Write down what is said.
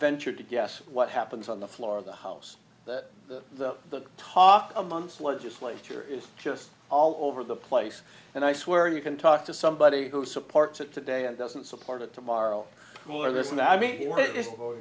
venture to guess what happens on the floor of the house that the talk of months legislature is just all over the place and i swear you can talk to somebody who supports it today and doesn't support it tomorrow or this